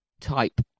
type